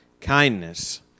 kindness